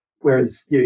Whereas